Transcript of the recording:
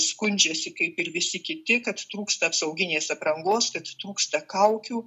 skundžiasi kaip ir visi kiti kad trūksta apsauginės aprangos kad trūksta kaukių